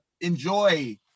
enjoy